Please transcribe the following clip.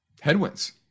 headwinds